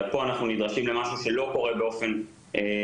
בעוד שפה אנחנו נדרשים למשהו שלא קורה באופן קבוע,